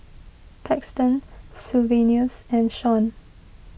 Paxton Sylvanus and Shaun